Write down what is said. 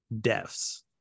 deaths